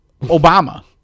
Obama